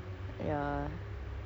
but you ya you you